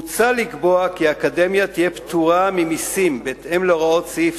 מוצע לקבוע כי האקדמיה תהיה פטורה ממסים בהתאם להוראות סעיף